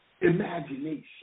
imagination